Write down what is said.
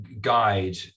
guide